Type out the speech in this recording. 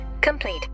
complete